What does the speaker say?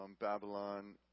babylon